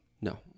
No